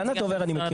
את דנה דובר אני מכיר.